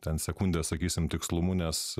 ten sekundės sakysim tikslumu nes